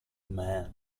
man